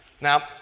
Now